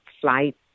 flight